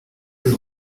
this